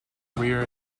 career